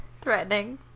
threatening